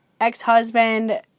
ex-husband